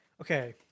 okay